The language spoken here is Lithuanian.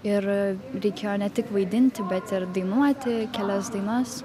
ir reikėjo ne tik vaidinti bet ir dainuoti kelias dainas